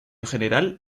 general